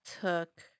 took